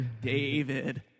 David